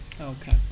Okay